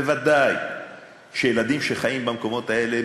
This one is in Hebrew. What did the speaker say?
בוודאי שילדים שחיים במקומות האלה,